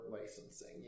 licensing